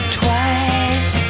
twice